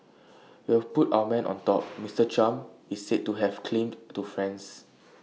we have put our man on top Mister Trump is said to have claimed to friends